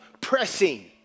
pressing